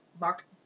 Mark